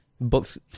Books